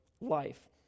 life